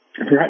right